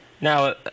Now